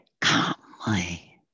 calmly